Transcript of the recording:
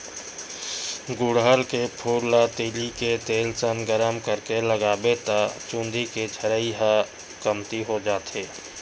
गुड़हल के फूल ल तिली के तेल संग गरम करके लगाबे त चूंदी के झरई ह कमती हो जाथे